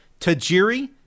Tajiri